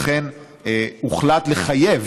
לכן הוחלט לחייב,